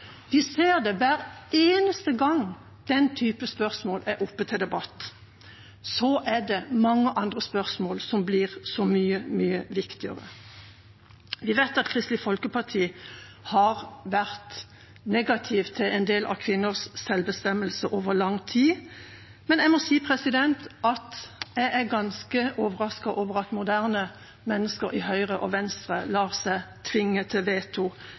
Hver eneste gang den type spørsmål er oppe til debatt, er det mange andre spørsmål som blir så mye, mye viktigere. Vi vet at Kristelig Folkeparti har vært negative til en del av kvinners selvbestemmelse over lang tid, men jeg må si at jeg er ganske overrasket over at moderne mennesker i Høyre og Venstre lar seg tvinge til veto